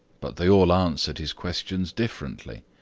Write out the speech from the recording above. but they all answered his questions differently.